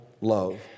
love